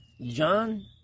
John